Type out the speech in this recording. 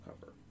cover